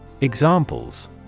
Examples